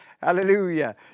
hallelujah